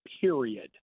period